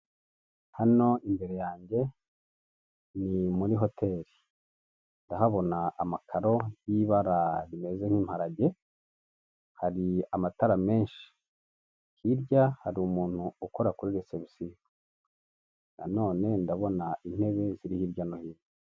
Hano imbere yanjye ni muri hotel ndahabona amakaro yibara rimeze nk'imparage hari amatara menshi hirya hari umuntu ukora kuri recepusiyo nanone ndabona intebe ziri hirya no hino.